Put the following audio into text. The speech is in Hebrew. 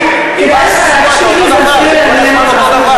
תוציאו את דפי המסר ותתחילו לדבר,